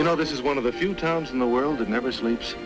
you know this is one of the few towns in the world that never sleeps